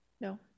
No